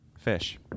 Fish